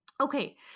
Okay